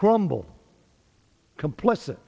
crumble complicit